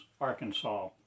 Arkansas